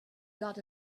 got